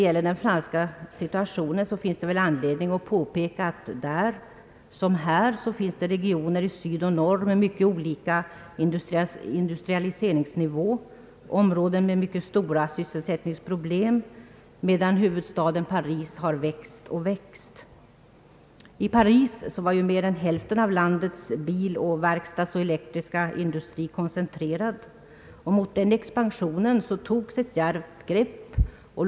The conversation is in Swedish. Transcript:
Beträffande situationen i Frankrike finns det anledning påpeka att där liksom här finns regioner i söder och i norr med mycket olika industrialiseringsnivå och områden med mycket stora sysselsättningsproblem, medan huvudstaden Paris växt alltmer. I Paris var mer än hälften av landets bil-, verkstadsoch elektriska industri koncentrerad. Ett djärvt grepp togs då för att stoppa denna expansion.